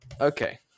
Okay